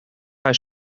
hij